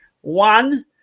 one